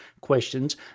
questions